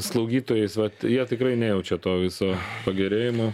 slaugytojais vat jie tikrai nejaučia to viso pagerėjimo